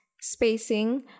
spacing